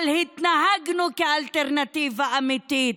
אבל התנהגנו כאלטרנטיבה אמיתית.